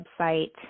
website